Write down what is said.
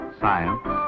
science